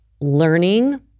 learning